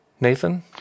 Nathan